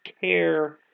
care